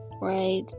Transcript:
right